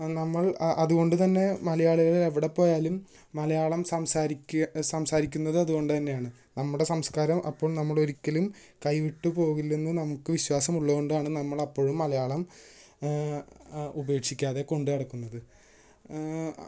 നമ്മള് അതുകൊണ്ടുതന്നെ മലയാളികൾ എവിടെ പോയാലും മലയാളം സംസാരിക്കുക സംസാരിക്കുന്നത് അതുകൊണ്ടു തന്നെയാണ് നമ്മുടെ സംസ്കാരം അപ്പോൾ നമ്മള് ഒരിക്കലും കൈവിട്ട് പോകില്ലെന്ന് നമുക്ക് വിശ്വാസമുള്ളതുകൊണ്ടാണ് നമ്മള് അപ്പോഴും മലയാളം ഉപേക്ഷിക്കാതെ കൊണ്ടുനടക്കുന്നത്